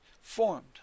formed